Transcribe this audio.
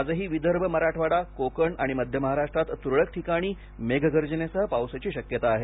आजही विदर्भ मराठवाडा कोकण आणि मध्य महाराष्ट्रात त्रळक ठिकाणी मेघगर्जनेसह पावसाची शक्यता आहे